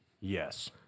Yes